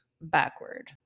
backward